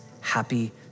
happy